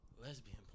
Lesbian